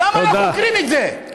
למה לא חוקרים את זה?